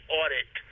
audit